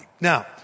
Now